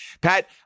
Pat